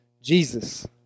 Jesus